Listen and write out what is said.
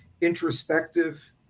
introspective